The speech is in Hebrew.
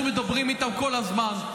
אנחנו מדברים איתם כל הזמן.